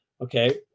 okay